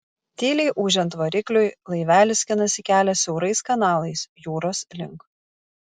tyliai ūžiant varikliui laivelis skinasi kelią siaurais kanalais jūros link